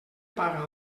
paga